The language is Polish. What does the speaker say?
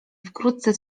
wkrótce